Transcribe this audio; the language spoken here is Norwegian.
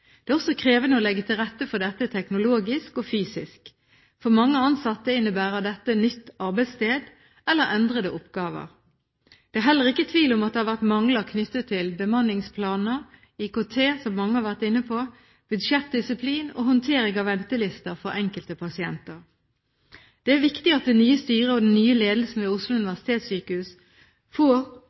Det er også krevende å legge til rette for dette teknologisk og fysisk. For mange ansatte innebærer dette nytt arbeidssted eller endrede oppgaver. Det er heller ikke tvil om at det har vært mangler knyttet til bemanningsplaner, IKT – som mange har vært inne på – budsjettdisiplin og håndtering av ventelister for enkelte pasienter. Det er viktig at det nye styret og den nye ledelsen ved Oslo universitetssykehus får